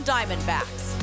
Diamondbacks